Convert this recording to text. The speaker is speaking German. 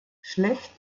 schlecht